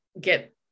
get